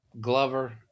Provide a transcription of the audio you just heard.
Glover